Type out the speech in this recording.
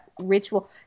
ritual